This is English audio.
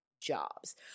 jobs